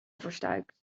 verstuikt